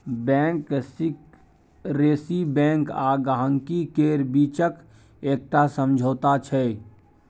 bank secrecy bank आ गांहिकी केर बीचक एकटा समझौता छै